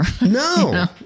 No